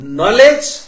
knowledge